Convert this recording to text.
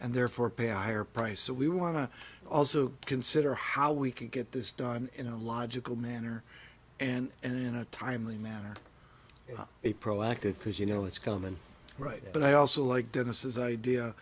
and therefore pay a higher price so we want to also consider how we can get this done in a logical manner and in a timely manner on a proactive because you know it's common right but i also like dennis is idea